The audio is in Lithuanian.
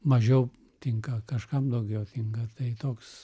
mažiau tinka kažkam daugiau tinga tai toks